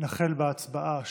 נתחיל בהצבעה השמית.